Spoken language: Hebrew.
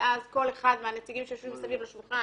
ואז כל אחד מהנציגים שיושבים מסביב לשולחן